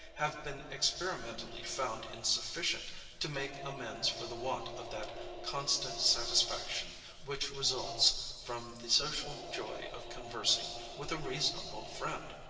have been experimentally found insufficient to make amends for the want of that constant satisfaction which results from the social joy of conversing with a reasonable friend!